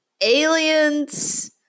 Aliens